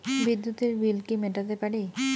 বিদ্যুতের বিল কি মেটাতে পারি?